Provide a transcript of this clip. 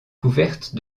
couverte